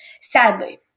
Sadly